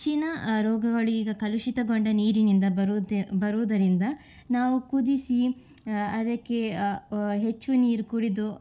ಹೆಚ್ಚಿನ ರೋಗಗಳು ಈಗ ಕಲುಷಿತಗೊಂಡ ನೀರಿನಿಂದ ಬರುವುದರಿಂದ ನಾವು ಕುದಿಸಿ ಅದಕ್ಕೆ ಹೆಚ್ಚು ನೀರು ಕುಡಿದು